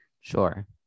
Sure